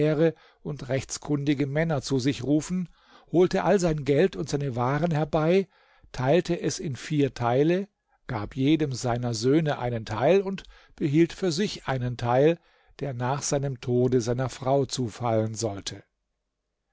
und rechtskundige männer zu sich rufen holte all sein geld und seine waren herbei teilte es in vier teile gab jedem seiner söhne einen teil und behielt für sich einen teil der nach seinem tode seiner frau zufallen sollte